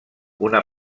una